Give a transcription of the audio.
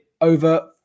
over